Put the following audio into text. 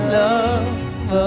love